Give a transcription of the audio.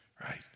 right